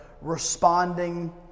responding